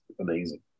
amazing